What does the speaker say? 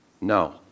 No